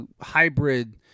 hybrid